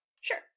Sure